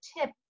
tip